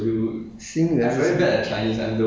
心人是什么我也不懂什么意思